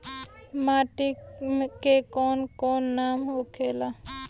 माटी के कौन कौन नाम होखेला?